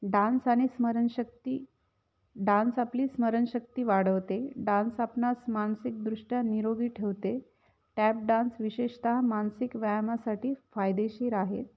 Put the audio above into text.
dance आणि स्मरणशक्ती dance आपली स्मरणशक्ती वाढवते डान्स आपणास मानसिकदृष्ट्या निरोगी ठेवते टॅप डान्स विशेषतः मानसिक व्यायामासाठी फायदेशीर आहेत